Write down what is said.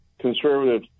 conservative